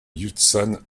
hudson